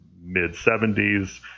mid-70s